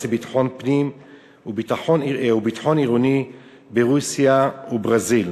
לביטחון פנים ולביטחון עירוני ברוסיה ובברזיל.